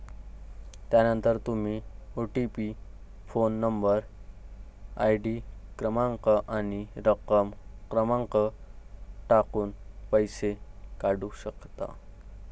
त्यानंतर तुम्ही OTP phone number, ID क्रमांक आणि रक्कम क्रमांक टाकून पैसे काढू शकता